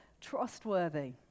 trustworthy